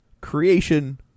creation